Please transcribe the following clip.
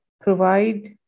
provide